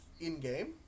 in-game